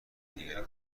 دیگری